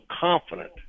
confident